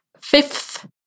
Fifth